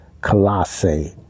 Colossae